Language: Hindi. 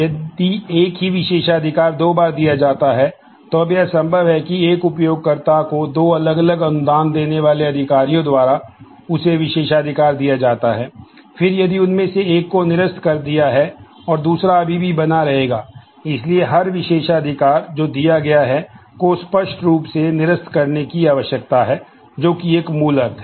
यदि एक ही विशेषाधिकार दो बार दिया जाता है तो अब यह संभव है कि एक उपयोगकर्ता को दो अलग अलग अनुदान देने वाले अधिकारियों द्वारा उसे विशेषाधिकार दिया जाता है फिर यदि उनमें से एक को निरस्त कर दिया गया है और दूसरा अभी भी बना रहेगा इसलिए हर विशेषाधिकार जो दिया गया है को स्पष्ट रूप से निरस्त करने की आवश्यकता है जोकि एक मूल अर्थ है